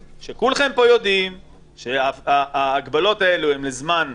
כשכולכם פה יודעים שההגבלות האלו הן לזמן מוגבל,